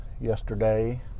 yesterday